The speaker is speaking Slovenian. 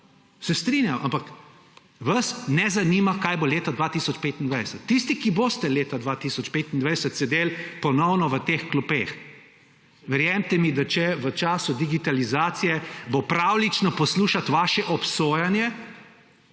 se strinjam, ampak vas ne zanima, kaj bo leta 2025. Tisti, ki boste leta 2025 sedeli ponovno v teh klopeh, verjemite mi, da če v času digitalizacije bo pravljično poslušati vaše obsojanje,